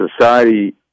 society